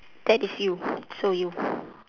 that is you so you